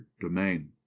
domain